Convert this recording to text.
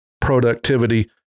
productivity